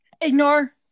ignore